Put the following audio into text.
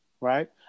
right